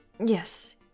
Yes